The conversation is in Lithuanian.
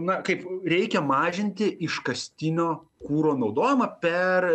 na kaip reikia mažinti iškastinio kuro naudojimą per